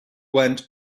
went